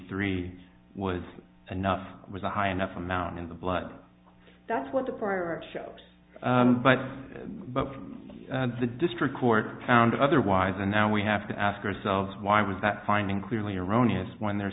three was enough was a high enough amount in the blood that's what the prior art show but but the district court found otherwise and now we have to ask ourselves why was that finding clearly erroneous when there